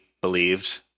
believed